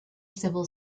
civil